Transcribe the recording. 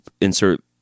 insert